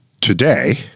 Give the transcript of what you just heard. today